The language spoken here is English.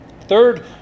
third